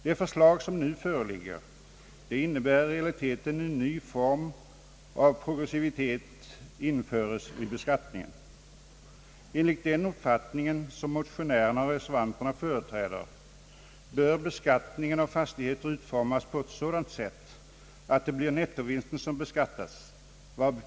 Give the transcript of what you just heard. Det förslag som nu föreligger innebär i realiteten att en ny form av progressivitet införes vid beskattningen. Enligt den uppfattning som motionärerna och reservanterna företräder bör beskattningen av fastigheter utformas på ett sådant sätt, att det blir nettovinsten som beskattas.